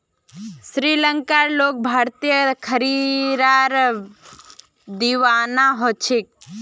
श्रीलंकार लोग भारतीय खीरार दीवाना ह छेक